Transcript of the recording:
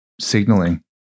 signaling